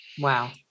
Wow